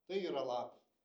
tai yra lapė